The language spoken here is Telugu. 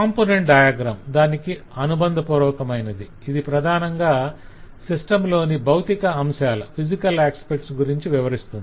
కాంపొనెంట్ డయాగ్రం దానికి అనుబంధపూర్వకమైనది - ఇది ప్రధానంగా సిస్టమ్ లోని బౌతిక అంశాల గురించి వివరిస్తుంది